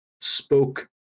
spoke